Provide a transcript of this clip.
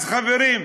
אז, חברים,